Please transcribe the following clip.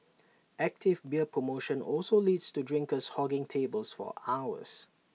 active beer promotion also leads to drinkers hogging tables for hours